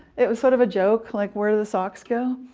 it was sort of a joke, like where do the socks go?